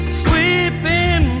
sweeping